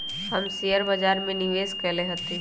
हम शेयर बाजार में निवेश कएले हती